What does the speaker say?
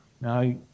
Now